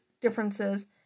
differences